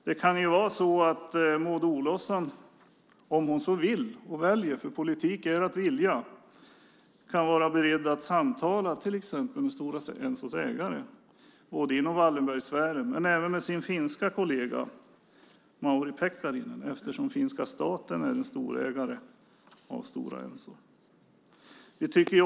Det kan ju vara så att Maud Olofsson - om hon så vill och väljer, för politik är att vilja - är beredd att samtala till exempel med Stora Ensos ägare inom Wallenbergsfären och även med sin finske kollega Mauri Pekkarinen eftersom finska staten är en storägare av Stora Enso.